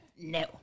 No